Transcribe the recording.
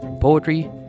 poetry